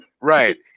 Right